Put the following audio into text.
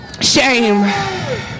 Shame